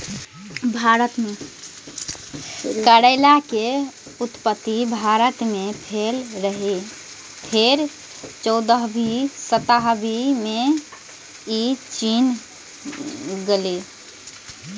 करैला के उत्पत्ति भारत मे भेल रहै, फेर चौदहवीं शताब्दी मे ई चीन गेलै